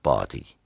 Party